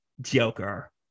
Joker